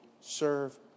serve